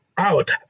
out